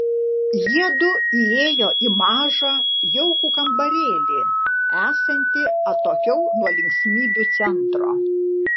jiedu įėjo į mažą jaukų kambarėlį esantį atokiau nuo linksmybių centro